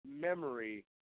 memory